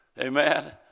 Amen